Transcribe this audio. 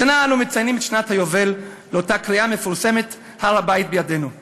השנה אנו מציינים את שנת היובל לאותה קריאה מפורסמת "הר-הבית בידינו";